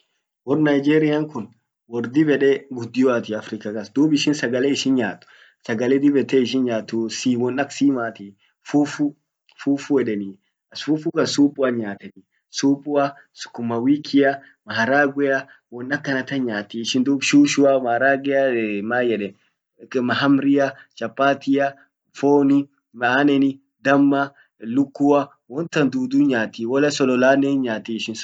Wor Nigerian kun wor dib ede guddioati africa kas. Dub ishin sagale ishin nyaat, sagale dib ete ishin nyaatu ,sii won ak simatii, fufu, fufu edeni. Fufu kan supuan nyaateni. Supua sukuma wikia, maharagwea won akanatan nyaati ishin dub shushu, maharagea, maan yeden mahamria, chapatia, foni, aneni, damma, lukua, won tan dudu nyaati wala solola hinyaati solola won solola.